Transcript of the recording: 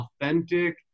authentic